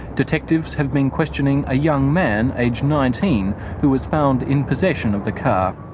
detectives have been questioning a young man aged nineteen who was found in possession of the car.